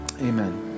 amen